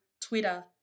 Twitter